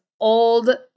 old